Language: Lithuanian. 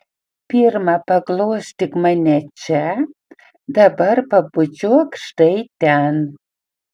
pirma paglostyk mane čia dabar pabučiuok štai ten